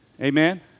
Amen